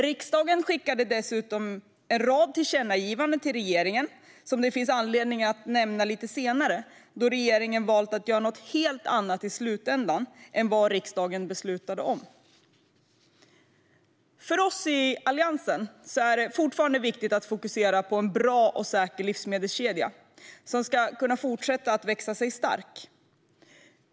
Riksdagen skickade dessutom en rad tillkännagivanden till regeringen som det finns anledning att nämna lite senare, då regeringen i slutändan valt att göra något helt annat än vad riksdagen beslutade om. För oss i Alliansen är det fortfarande viktigt att fokusera på en bra och säker livsmedelskedja som ska kunna fortsätta växa sig stark.